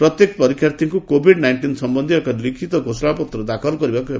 ପ୍ରତ୍ୟେକ ପରୀକ୍ଷାର୍ଥୀଙ୍କୁ covid nineteen ସମ୍ଭନ୍ଧୀୟ ଏକ ଲିଖିତ ଘୋଷଣାପତ୍ର ଦାଖଲ କରିବାକୁ ହେବ